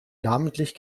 namentlich